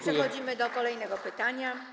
Przechodzimy do kolejnego pytania.